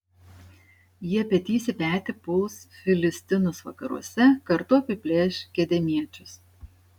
jie petys į petį puls filistinus vakaruose kartu apiplėš kedemiečius